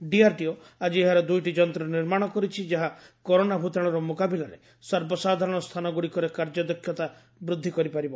DRDO ଆଜି ଏହାର ଦୁଇଟି ଯନ୍ତ୍ର ନିର୍ମାଣ କରିଛି ଯାହା କରୋନା ଭୂତାଣୁର ମୁକାବିଲାରେ ସର୍ବସାଧାରଣ ସ୍ଥାନଗୁଡ଼ିକରେ କାର୍ଯ୍ୟ ଦକ୍ଷତା ବୃଦ୍ଧି କରିପାରିବ